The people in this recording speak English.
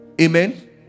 Amen